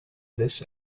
this